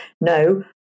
no